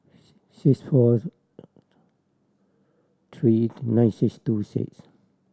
six fourth three nine six two six